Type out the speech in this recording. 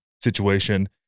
situation